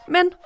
Men